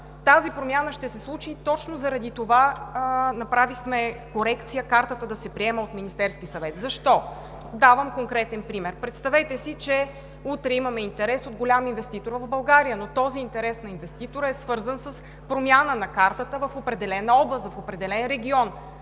тази промяна ще се случи и точно заради това направихме корекция Картата да се приема от Министерския съвет. Защо? Давам конкретен пример. Представете си, че утре имаме интерес от голям инвеститор в България, но този интерес на инвеститора е свързан с промяна на Картата в определена област, в определен регион.